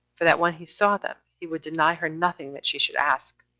for that when he saw them, he would deny her nothing that she should ask.